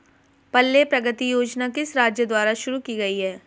पल्ले प्रगति योजना किस राज्य द्वारा शुरू की गई है?